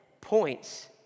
points